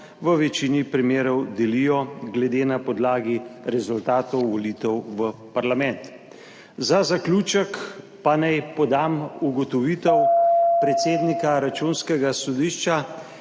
v večini primerov delijo glede na podlagi rezultatov volitev v parlament. Za zaključek pa naj podam ugotovitev predsednika Računskega sodišča,